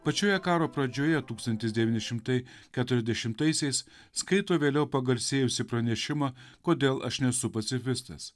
pačioje karo pradžioje tūkstantis devyni šimtai keturiasdešimtaisiais skaito vėliau pagarsėjusį pranešimą kodėl aš nesu pacifistas